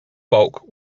bulk